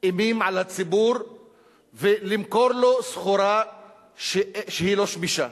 אימים על הציבור ולמכור לו סחורה שהיא לא שמישה.